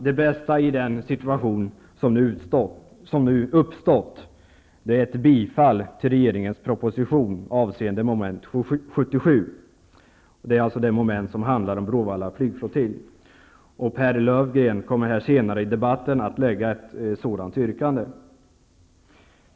Det bästa i den situation som nu har uppstått är ett bifall till regeringens proposition avseende mom. 77, dvs. det moment som handlar om Bråvalla flygflottilj. Pehr Löfgreen kommer senare i debatten att lägga fram ett sådant yrkande.